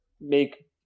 make